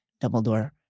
Dumbledore